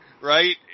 right